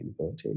sustainability